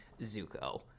Zuko